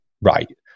Right